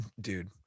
dude